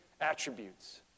attributes